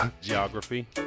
geography